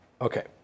Okay